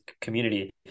community